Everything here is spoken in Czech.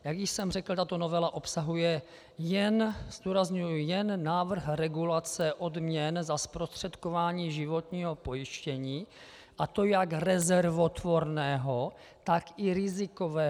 Jak již jsem řekl, tato novela obsahuje zdůrazňuji jen návrh regulace odměn za zprostředkování životního pojištění, a to jak rezervotvorného, tak i rizikového.